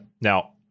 Now